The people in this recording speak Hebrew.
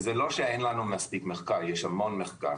זה לא שאין לנו מספיק מחקר, יש המון מחקר.